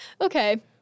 Okay